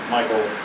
Michael